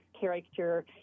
character